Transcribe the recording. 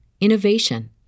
innovation